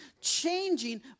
changing